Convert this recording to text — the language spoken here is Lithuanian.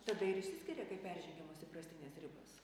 tada tai ir išsiskiria kai peržengiamos įprastinės ribos